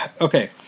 okay